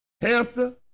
Hamster